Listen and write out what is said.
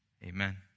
Amen